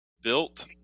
built